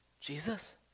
Jesus